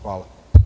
Hvala.